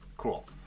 Cool